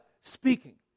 speaking